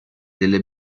delle